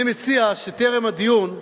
אני מציע שטרם הדיון,